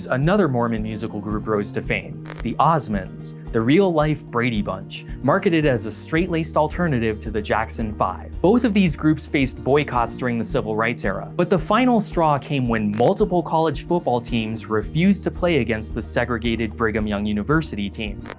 another mormon musical group rose to fame the osmonds, the real-life brady bunch, marketed as a straight-laced alternative to the jackson five. both of these groups faced boycotts during the civil rights era. but the final straw came when multiple college football teams refused to play against the segregated brigham young university team.